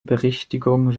berichtigung